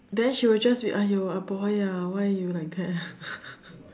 then she'll just be !aiyo! ah boy ah why you like that